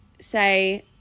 say